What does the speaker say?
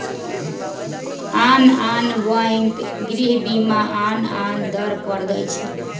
आन आन बैंक गृह बीमा आन आन दर पर दइ छै